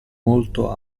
molto